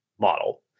model